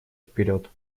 вперед